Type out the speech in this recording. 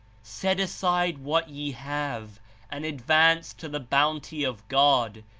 set aside what ye have and advance to the bounty of god,